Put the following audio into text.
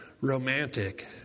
romantic